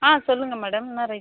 ஆ சொல்லுங்கள் மேடம் என்ன rice ma'am